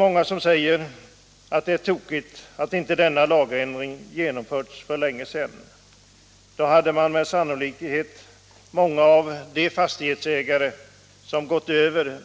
Många säger att det är tokigt att denna lagändring inte genomförts för länge sedan. Då hade sannolikt många av de fastighetsägare som gått över